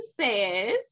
says